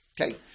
Okay